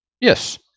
Yes